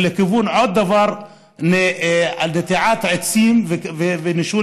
ולכיוון עוד דבר: נטיעת עצים ונישול